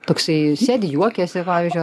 toksai sėdi juokiasi pavyzdžiui